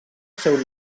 seu